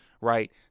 right